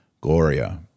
Gloria